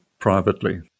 privately